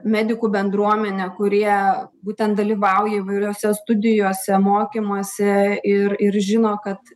medikų bendruomene kurie būtent dalyvauja įvairiose studijose mokymuose ir ir žino kad